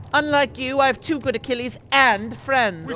unlike you, i have two good achilles and friends we